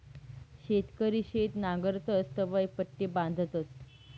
शेतकरी शेत नांगरतस तवंय पट्टी बांधतस